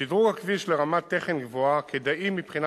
1. שדרוג הכביש לרמת תכן גבוהה כדאי מבחינה